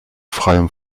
freiem